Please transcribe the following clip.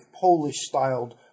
Polish-styled